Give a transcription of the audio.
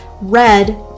Red